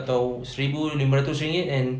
atau seribu lima ratus ringgit and